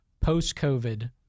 post-COVID